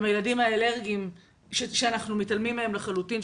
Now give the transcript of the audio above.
הילדים האלרגיים שאנחנו מתעלמים מהם לחלוטין,